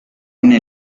una